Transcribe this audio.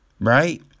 right